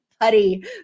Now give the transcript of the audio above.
putty